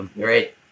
Great